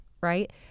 right